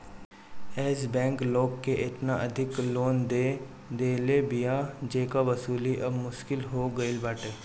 एश Bank लोग के एतना अधिका लोन दे देले बिया जेकर वसूली अब मुश्किल हो गईल बाटे